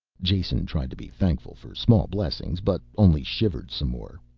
jason tried to be thankful for small blessings, but only shivered some more.